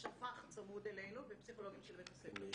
השפ"ח צמוד אלינו ופסיכולוגים של בית הספר.